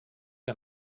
que